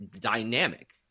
dynamic